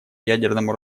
ядерному